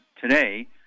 today